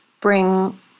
bring